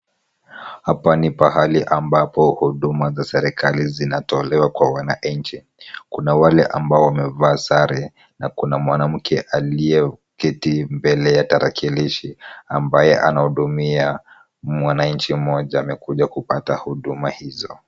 Hapa ni pahali ambapo huduma za serikali zinatolewa kwa wananchi. Kuna wale ambao wamevaa sare na kuna mwanamke aliyeketi mbele ya tarakilishi, ambaye anahudumia mwananchi mmoja. Amekuja kupata huduma hizo.